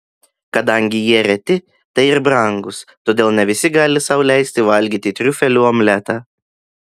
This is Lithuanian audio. kadangi jie reti tai ir brangūs todėl ne visi gali sau leisti valgyti triufelių omletą